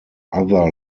other